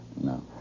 No